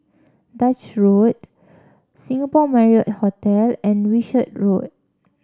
Duchess Road Singapore Marriott Hotel and Wishart Road